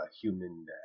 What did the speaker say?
human